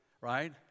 right